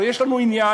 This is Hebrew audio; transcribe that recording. הרי יש לנו עניין,